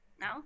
No